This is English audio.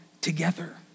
together